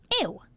Ew